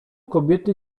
kobiety